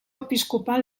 episcopal